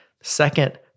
Second